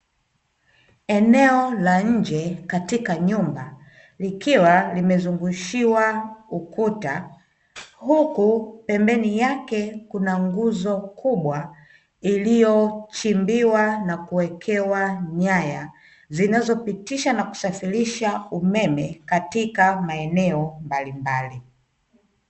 Eneo la nje katika nyumba likiwa limezungushiwa ukuta huku pembeni yake kuna nguzo kubwa, iliyochimbiwa na kuwekewa nyaya zinazopitisha na kusafirisha umeme katika maeneo mbalimbali.